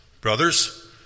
Brothers